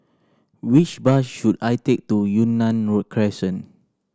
which bus should I take to Yunnan Road Crescent